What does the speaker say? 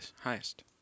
highest